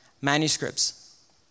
manuscripts